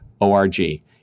O-R-G